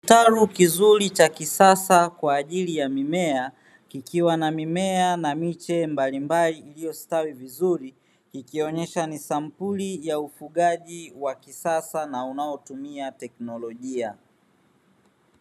Kitalu kizuri cha kisasa kwa ajili ya mimea, ikiwa na mimea ya miche mbalimbali iliyostawi vizuri ikionyesha ni sampuli ya ufugaji wa kisasa na unaotumia teknolojia.